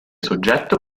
soggetto